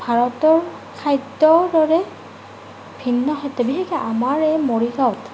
ভাৰতৰ খাদ্যৰ দৰে ভিন্ন খাদ্য বিশেষকৈ আমাৰ এই মৰিগাঁওত